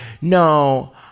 no